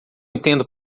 entendo